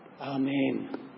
Amen